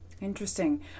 Interesting